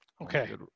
Okay